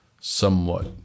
somewhat